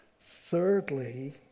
Thirdly